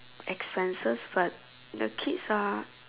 expenses but the kids are